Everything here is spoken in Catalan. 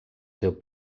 seu